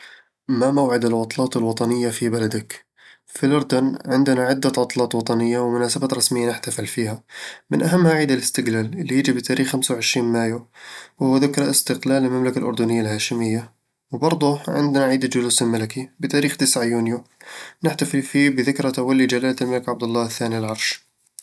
ما موعد العطلات الوطنية في بلدك؟ في الأردن، عندنا عدة عطلات وطنية ومناسبات رسمية نحتفل فيها من أهمها عيد الاستقلال، اللي يجي بتاريخ خمسة وعشرين مايو، وهو ذكرى استقلال المملكة الأردنية الهاشمية وبرضه عندنا عيد الجلوس الملكي، بتاريخ تسعة يونيو، نحتفل فيه بذكرى تولي جلالة الملك عبدالله الثاني العرش